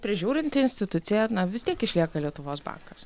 prižiūrinti institucija na vis tiek išlieka lietuvos bankas